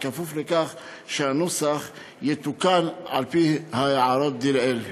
בכפוף לכך שהנוסח יתוקן על-פי ההערות דלעיל.